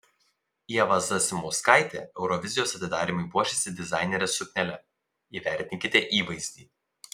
ieva zasimauskaitė eurovizijos atidarymui puošėsi dizainerės suknele įvertinkite įvaizdį